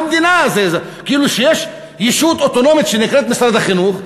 כאילו שיש ישות אוטונומית שנקראת משרד החינוך,